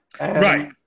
Right